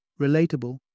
relatable